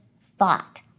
thought